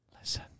Listen